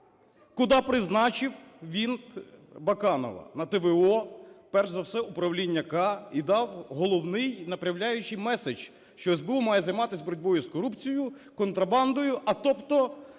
куди призначив він Баканова? На т.в.о., перш за все, управління "К" і дав головний направляючий меседж, що СБУ має займатися боротьбою з корупцією, контрабандою, а тобто